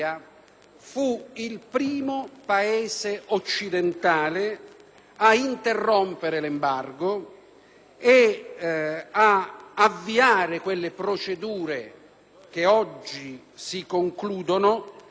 e ad avviare quelle procedure che oggi si concludono, con una intesa preventiva con l'allora Governo degli Stati Uniti.